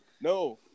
no